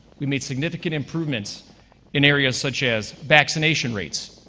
we made significant improvements in areas such as vaccination rates,